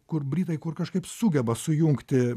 kur britai kur kažkaip sugeba sujungti